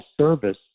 service